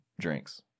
drinks